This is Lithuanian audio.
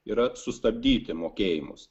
yra sustabdyti mokėjimus